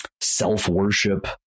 self-worship